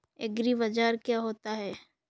एग्रीबाजार क्या होता है?